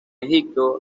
egipto